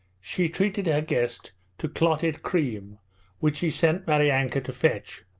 she treated her guest to clotted cream which she sent maryanka to fetch.